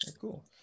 Cool